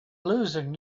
losing